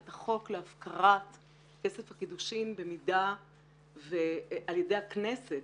את החוק להפקרת כסף הקידושין על ידי הכנסת,